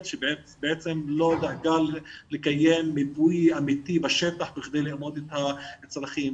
שבעצם לא דאגה לקיים מיפוי אמיתי בשטח בכדי לאמוד את הצרכים.